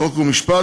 חוק ומשפט,